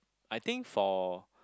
I think for